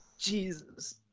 Jesus